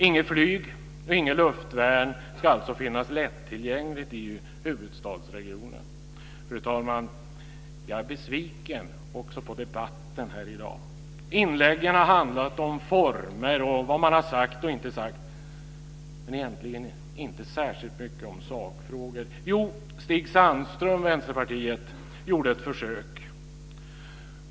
Inget flyg och inget luftvärn ska finnas lättillgängligt i huvudstadsregionen. Fru talman! Jag är besviken på debatten här i dag. Inläggen har handlat om former och om vad man har sagt och inte sagt, men egentligen inte särskilt mycket om sakfrågor. Jo, Stig Sandström från Vänsterpartiet gjorde ett försök.